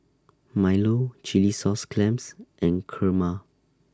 Milo Chilli Sauce Clams and Kurma